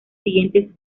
siguientes